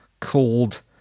called